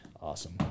Awesome